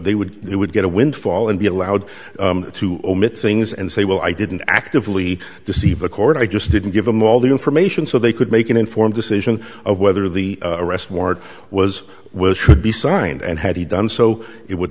they would they would get a windfall and be allowed to omit things and say well i didn't actively deceive the court i just didn't give them all the information so they could make an informed decision of whether the arrest warrant was was should be signed and had he done so it would